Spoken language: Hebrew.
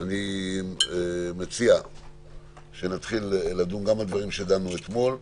אני מציע שנתחיל לדון בדברים שדנו בהם אתמול,